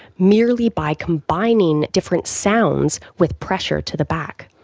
merely by combining different sounds with pressure to the back.